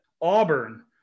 Auburn